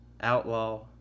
Outlaw